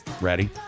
ready